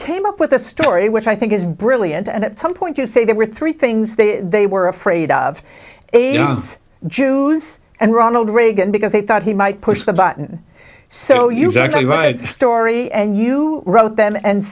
came up with a story which i think is brilliant and at some point you say there were three things they they were afraid of jews and ronald reagan because they thought he might push the button so you actually write a story and you wrote them and